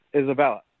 Isabella